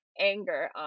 anger